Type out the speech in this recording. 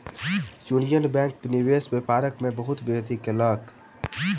union Bank निवेश व्यापार में बहुत वृद्धि कयलक